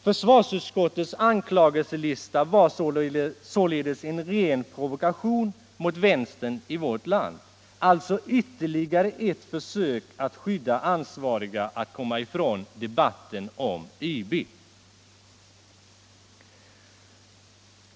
Försvarsutskottets anklagelselista var således en ren provokation mot vänstern i vårt land, alltså ytterligare ett försök att skydda ansvariga och att komma ifrån debatten om IB.